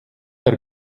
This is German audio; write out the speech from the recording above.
der